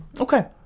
okay